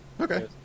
Okay